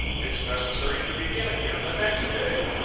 it's necessary to begin again the next day.